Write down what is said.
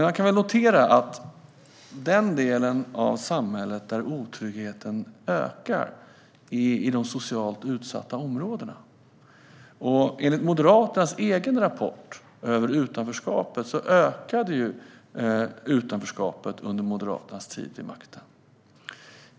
Jag noterar dock att den del av samhället där otryggheten ökar är i de socialt utsatta områdena, och enligt Moderaternas egen rapport om utanförskapet ökade utanförskapet under Moderaternas tid vid makten.